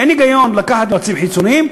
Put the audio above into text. אין היגיון לקחת יועצים חיצוניים,